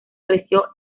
creció